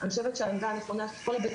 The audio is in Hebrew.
אני חושבת שהעמדה הנכונה שכל בתי